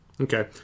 Okay